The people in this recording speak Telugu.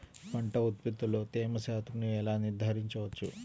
పంటల ఉత్పత్తిలో తేమ శాతంను ఎలా నిర్ధారించవచ్చు?